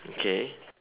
okay